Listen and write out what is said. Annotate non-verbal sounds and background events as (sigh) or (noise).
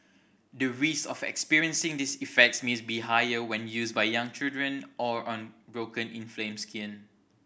the risk of experiencing these effects may (unintelligible) be higher when used by young children or on broken inflamed skin